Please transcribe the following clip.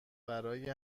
برای